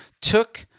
took